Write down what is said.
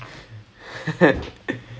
okay can